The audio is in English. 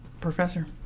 professor